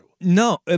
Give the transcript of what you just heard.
No